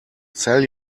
sell